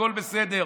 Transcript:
הכול בסדר,